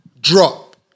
drop